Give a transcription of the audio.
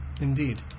Indeed